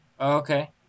Okay